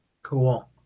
Cool